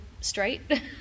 straight